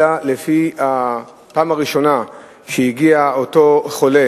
אלא לפי הפעם הראשונה שהגיע אותו חולה